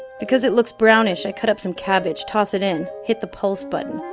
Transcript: because it looks brownish, i cut up some cabbage, toss it in, hit the pulse button.